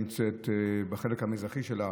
בחלק המזרחי שלה,